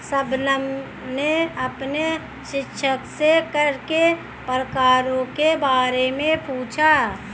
शबनम ने अपने शिक्षक से कर के प्रकारों के बारे में पूछा